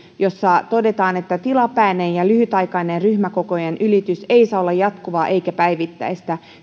ja jossa todetaan tilapäinen ja lyhytaikainen ryhmäkokojen ylitys ei saa olla jatkuvaa eikä päivittäistä